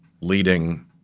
leading